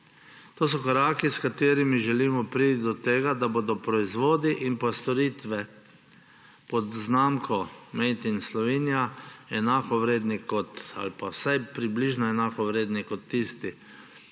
To so koraki, s katerimi želimo priti do tega, da bodo proizvodi in storitve pod znamko Made in Slovenia enakovredni ali pa vsaj približno enakovredni kot tisti,